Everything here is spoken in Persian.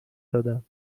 دادم